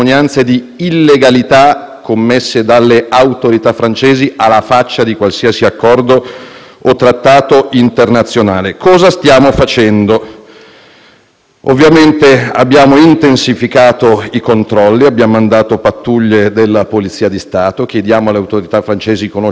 commesse dalle autorità francesi, alla faccia di qualsiasi accordo o trattato internazionale. Cosa stiamo facendo? Ovviamente abbiamo intensificato i controlli; abbiamo mandato pattuglie della Polizia di Stato; chiediamo alle autorità francesi di conoscere nomi, cognomi,